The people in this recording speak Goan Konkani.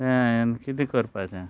तें हांयेंन कितें करपाचें